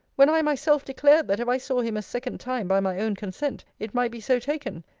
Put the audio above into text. when i myself declared, that if i saw him a second time by my own consent, it might be so taken?